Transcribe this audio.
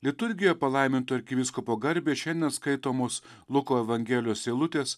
liturgija palaiminto arkivyskupo garbei šiandien skaitomos luko evangelijos eilutės